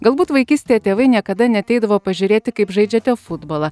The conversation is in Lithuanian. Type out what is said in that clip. galbūt vaikystėje tėvai niekada neateidavo pažiūrėti kaip žaidžiate futbolą